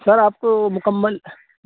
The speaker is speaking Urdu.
سر آپ کو مکمل